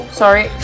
sorry